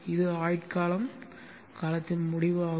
இது ஆயுட்காலம் காலத்தின் முடிவு ஆகும்